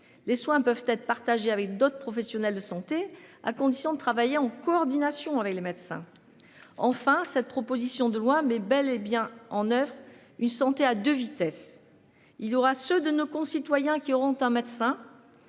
les soins peuvent être partagés avec d'autres professionnels de santé, à condition de travailler en coordination avec les médecins. Enfin, cette proposition de loi mais bel et bien en oeuvre une santé à 2 vitesses, il aura ceux de nos concitoyens qui auront un médecin.